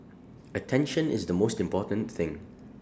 attention is the most important thing